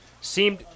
seemed